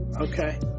Okay